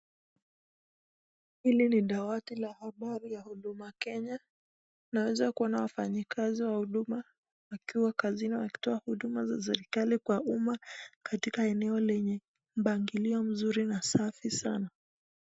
Hili na dawati la habari ya huduma kenya, tunaweza kuona wafanyikazi wa huduma wakiwa kazini wakitoa huduma za serikali kwa umma, katika eneo lenya mpangilio mzuri na safi sana.